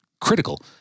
critical